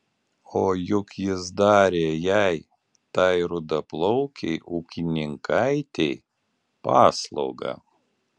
o juk jis darė jai tai rudaplaukei ūkininkaitei paslaugą